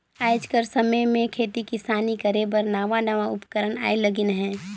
आएज कर समे में खेती किसानी करे बर नावा नावा उपकरन आए लगिन अहें